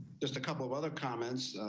just a couple of other comments,